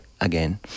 again